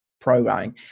programming